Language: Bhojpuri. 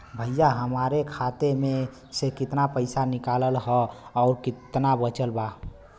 भईया हमरे खाता मे से कितना पइसा निकालल ह अउर कितना बचल बा?